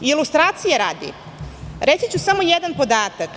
Ilustracije radi, reći ću samo jedan podatak.